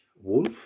Wolf